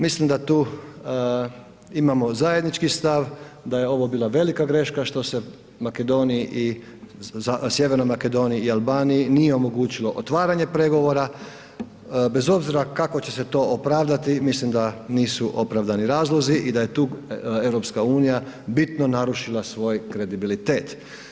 Mislim da tu imamo zajednički stav da je ovo bila velika greška što se Sjevernoj Makedoniji i Albaniji nije omogućilo otvaranje pregovora, bez obzira kako će se to opravdati mislim da nisu opravdani razlozi i da je tu EU bitno narušila svoj kredibilitet.